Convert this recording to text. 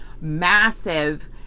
Massive